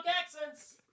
accents